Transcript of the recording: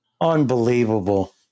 Unbelievable